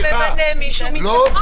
הוא ממנה מישהו מטעמו.